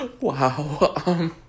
Wow